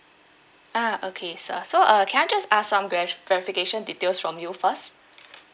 ah okay sir so uh can I just ask some ques~ verification details from you first